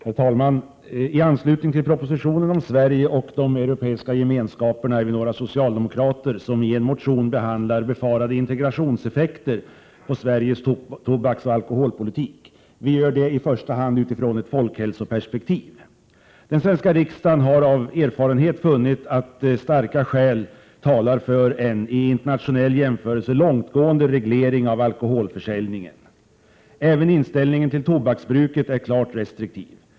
Herr talman! I anslutning till propositionen om Sverige och de europeiska gemenskaperna är vi några socialdemokrater som i en motion behandlar befarade integrationseffekter på Sveriges tobaksoch alkoholpolitik. Vi gör det i första hand utifrån ett folkhälsoperspektiv. Den svenska riksdagen har av erfarenhet funnit att starka skäl talar för en — i internationell jämförelse — långtgående reglering av alkoholhanteringen. Även inställningen till tobaksbruket är klart restriktiv.